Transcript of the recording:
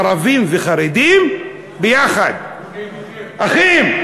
ערבים וחרדים ביחד, אחים.